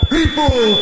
People